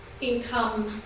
income